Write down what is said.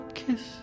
kiss